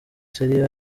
serie